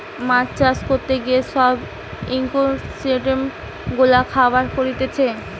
মাছ চাষ করতে গিয়ে সব ইকোসিস্টেম গুলা খারাব করতিছে